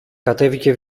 κατέβηκε